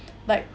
like